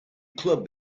club